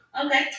Okay